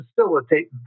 facilitate